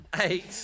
eight